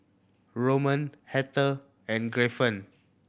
Roman Heather and Griffin